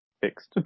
fixed